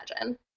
imagine